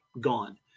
gone